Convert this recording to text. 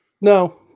No